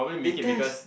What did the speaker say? they test